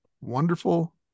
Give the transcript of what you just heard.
Wonderful